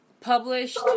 published